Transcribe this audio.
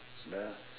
the